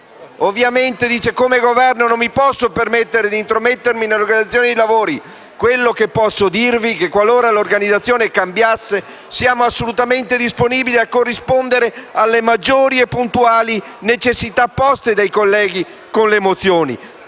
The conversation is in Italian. Ovviamente, come Governo non mi posso permettere di intromettermi nell'organizzazione dei lavori. Quello che posso dirvi è che, qualora l'organizzazione cambiasse, siamo assolutamente disponibili a corrispondere alle maggiori e puntuali necessità poste dai colleghi con le mozioni».